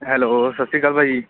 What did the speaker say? hello ਸਤਿ ਸ਼੍ਰੀ ਅਕਾਲ ਭਾਅ ਜੀ